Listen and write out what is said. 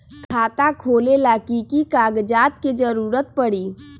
खाता खोले ला कि कि कागजात के जरूरत परी?